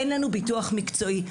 אין לנו ביטוח מקצועי.